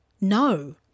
no